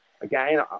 again